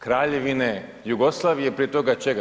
Kraljevine Jugoslavije, prije toga čega?